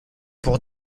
pour